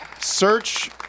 search